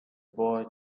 boy